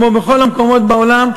כמו בכל המקומות בעולם,